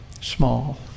small